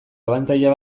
abantaila